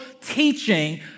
teaching